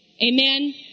Amen